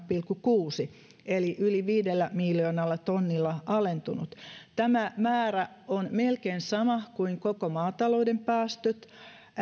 pilkku kuusi miljoonaa eli se on yli viidellä miljoonalla tonnilla alentunut tämä määrä on melkein sama kuin koko maatalouden päästöt